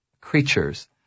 creatures